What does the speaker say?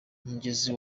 umugezi